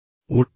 ഒളിപ്പിക്കാൻ